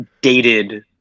dated